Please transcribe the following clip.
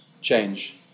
change